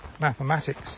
mathematics